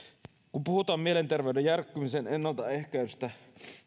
kun puhutaan mielenterveyden järkkymisen ennaltaehkäisystä